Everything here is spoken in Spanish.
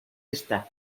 esta